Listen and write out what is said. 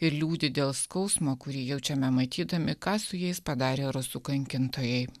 ir liūdi dėl skausmo kurį jaučiame matydami ką su jais padarė rusų kankintojai